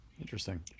Interesting